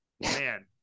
man